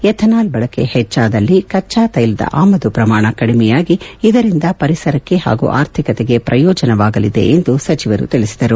ethanol ಬಳಕೆ ಹೆಚ್ವಾದಲ್ಲಿ ಕಚ್ವಾ ತೈಲದ ಆಮದು ಪ್ರಮಾಣ ಕಡಿಮೆಯಾಗಿ ಇದರಿಂದ ಪರಿಸರಕ್ಕೆ ಹಾಗೂ ಆರ್ಥಿಕತೆಗೆ ಪ್ರಯೋಜನವಾಗಲಿದೆ ಎಂದು ಸಚಿವರು ತಿಳಿಸಿದರು